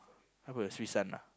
how about the Srisun ah